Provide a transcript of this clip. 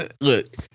Look